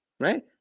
right